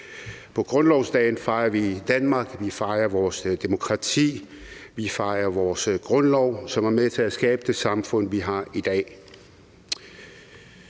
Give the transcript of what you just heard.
På grundlovsdagen fejrer vi Danmark, vi fejrer vores demokrati, vi fejrer vores grundlov, som er med til at skabe det samfund, vi har i dag.